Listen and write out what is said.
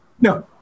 No